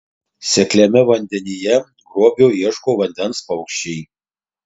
sekliame vandenyje grobio ieško vandens paukščiai